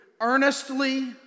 earnestly